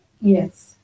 yes